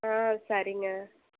ஆ சரிங்க